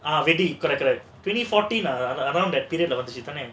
ah வெடி:vedi twenty fourteen around that period வந்துச்சுதானே:vachithaanae